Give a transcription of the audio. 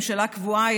ממשלה קבועה,